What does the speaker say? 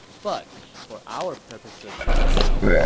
but for our purposes right now,